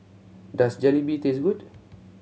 does Jalebi taste good